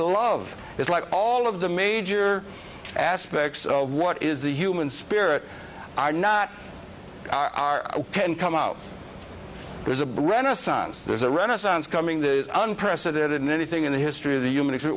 a love it's like all of the major aspects of what is the human spirit are not are can come out there's a brenna signs there's a renaissance coming the unprecedented in anything in the history of the human i